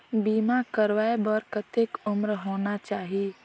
बीमा करवाय बार कतेक उम्र होना चाही?